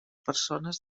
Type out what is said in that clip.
persones